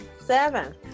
seven